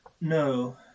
No